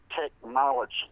technology